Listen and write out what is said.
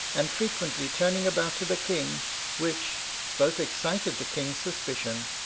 and frequently turning about to the king which both excited the king's suspicion,